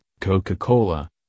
Coca-Cola